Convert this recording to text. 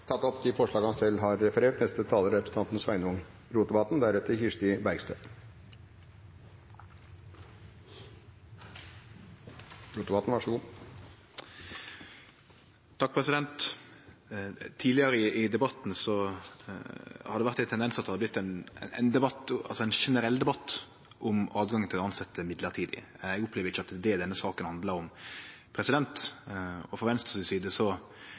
tatt opp de forslagene han refererte til. Tidlegare i debatten har det vore ein tendens til at det har vorte ein generell debatt om høvet til å tilsetje mellombels. Eg opplever ikkje at det er det denne saka handlar om. Frå Venstre si side